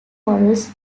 models